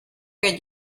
get